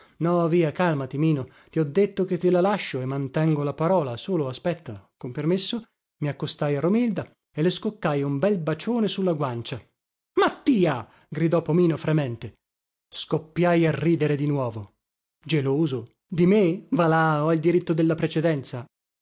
no via calmati mino ti ho detto che te la lascio e mantengo la parola solo aspetta con permesso i accostai a romilda e le scoccai un bel bacione su la guancia mattia gridò pomino fremente scoppiai a ridere di nuovo geloso di me va là ho il diritto della precedenza